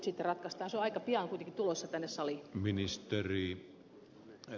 se on aika pian kuitenkin tulossa tänne saliin